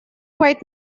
quite